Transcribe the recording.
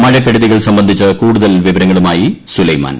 മഴക്കെടുതികൾ സംബന്ധിച്ച് കൂടുതൽ വിവരങ്ങളുമായി സുലൈമാൻ